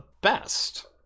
best